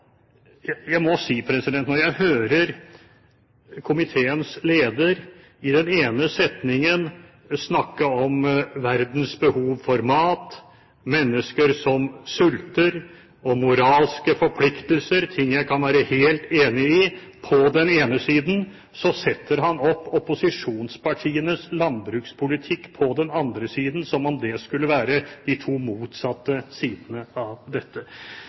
hører komiteens leder i den ene setningen snakke om verdens behov for mat, mennesker som sulter og moralske forpliktelser, ting jeg kan være helt enig i, og på den andre siden setter opp opposisjonspartienes landbrukspolitikk som om det skulle være de to motsatte sidene av dette